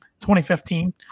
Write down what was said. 2015